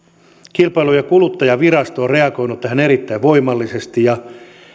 kilpailu ja kuluttajavirasto on reagoinut tähän erittäin voimallisesti ja